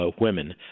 women